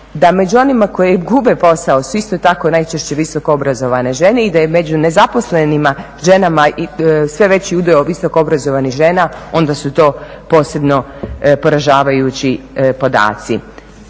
da među onima koji gube posao su isto tako najčešće visokoobrazovane žene i da je među nezaposlenim ženama sve veći udio visokoobrazovanih žena, onda su to posebno poražavajući podaci.